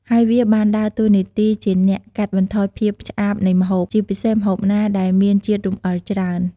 ហើយវាបានដើរតួនាទីជាអ្នកកាត់បន្ថយភាពឆ្អាបនៃម្ហូប ជាពិសេសម្ហូបណាដែលមានជាតិរំអិលច្រើន។